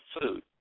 food